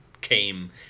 came